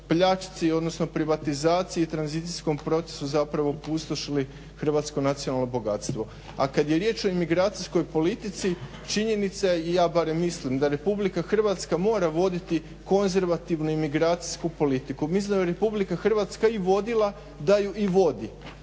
pljački odnosno privatizaciji i tranzicijskom procesu zapravo pustošili hrvatsko nacionalno bogatstvo. A kad je riječ o migracijskoj politici činjenica je, ja barem mislim, da RH mora voditi konzervativnu imigracijsku politiku. Mislim da bi RH i vodila da je i vodi